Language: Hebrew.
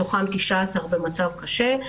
מתוכם 19 במצב קשה.